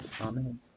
Amen